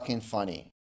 funny